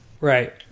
right